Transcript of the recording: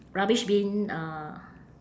rubbish bin uh